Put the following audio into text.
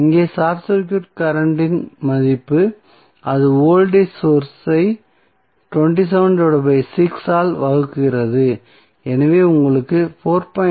இங்கே short circuit current இன் மதிப்பு அது வோல்டேஜ் சோர்ஸ் ஐ 27 6 ஆல் வகுக்கிறது எனவே உங்களுக்கு 4